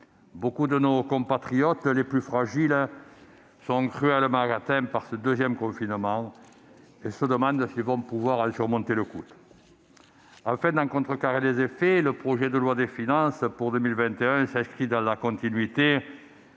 nombre de nos compatriotes, les plus fragiles, sont cruellement atteints par ce deuxième confinement et se demandent s'ils pourront en surmonter le coût. Afin d'en contrecarrer les effets, le projet de loi de finances pour 2021 s'inscrit dans la continuité